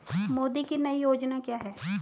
मोदी की नई योजना क्या है?